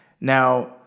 Now